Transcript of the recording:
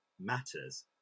matters